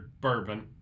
bourbon